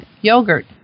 yogurt